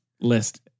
list